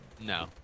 No